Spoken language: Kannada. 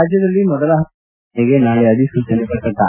ರಾಜ್ಯದಲ್ಲಿ ಮೊದಲ ಹಂತದ ಲೋಕಸಭಾ ಚುನಾವಣೆಗೆ ನಾಳೆ ಅಧಿಸೂಚನೆ ಪ್ರಕಟಣೆ